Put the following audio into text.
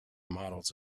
models